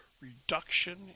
reduction